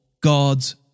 God's